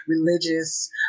religious